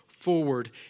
forward